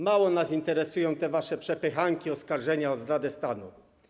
Mało nas interesują te wasze przepychanki, oskarżenia o zdradę stanu.